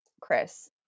Chris